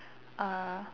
uh